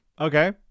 Okay